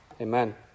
Amen